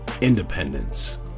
independence